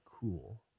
cool